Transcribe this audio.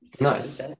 Nice